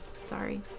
Sorry